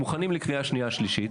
מוכנים לקריאה שנייה ושלישית.